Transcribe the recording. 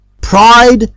Pride